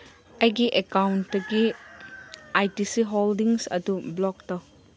ꯑꯩꯒꯤ ꯑꯦꯀꯥꯎꯟꯇꯒꯤ I T C holdings ꯑꯗꯨ ꯕ꯭ꯂꯣꯛ ꯇꯧ